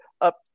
up